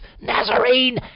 Nazarene